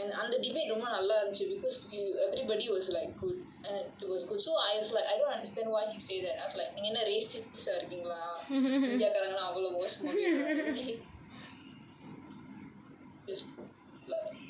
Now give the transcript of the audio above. and அந்த:antha debate ரொம்ப நல்ல இருந்துச்சு:romba nalla irunthuchu because we everybody was like good so I was like I don't understnd why he say like that நீங்க என்ன:neenga enna rasist இருக்கீங்களா India காரங்கன்னா அவ்ளோ மோசமா பேசுவாங்கன்னு:irukkeengalaa